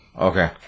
Okay